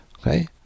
okay